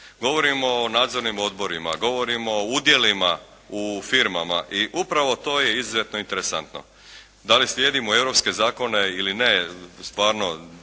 Govorim o nadzornim odborima, govorim o udjelima u firmama i upravo to je izuzetno interesantno. Da li slijedimo europske zakone ili ne, stvarno